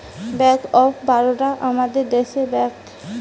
bank of Baroda আমাদের দেশের bank